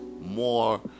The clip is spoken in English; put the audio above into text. more